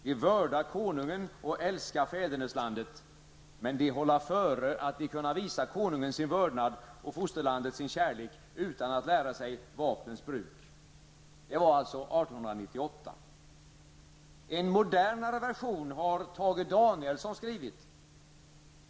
De vörda Konungen och älska fäderneslandet, men de hålla före, att de kunna visa Konungen sin vördnad och fosterlandet sin kärlek utan att lära sig vapnens bruk.'' Det var alltså 1898. En modernare version har Tage Danielsson skrivit.